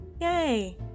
Yay